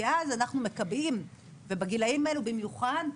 כי אז אנחנו מקבעים ובגילאים האלו במיוחד,